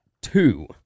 two